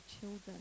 children